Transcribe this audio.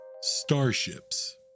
Starships